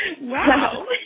Wow